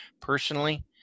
Personally